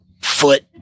foot